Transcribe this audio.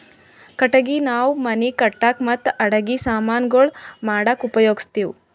ಕಟ್ಟಗಿ ನಾವ್ ಮನಿ ಕಟ್ಟಕ್ ಮತ್ತ್ ಅಡಗಿ ಸಮಾನ್ ಗೊಳ್ ಮಾಡಕ್ಕ ಉಪಯೋಗಸ್ತಿವ್